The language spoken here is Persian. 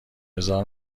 هزار